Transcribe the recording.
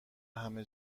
همه